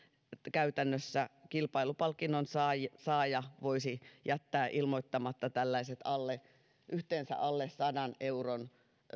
käytännössä kilpailupalkinnon saaja saaja voisi jättää ilmoittamatta tällaiset yhteensä alle sadan euron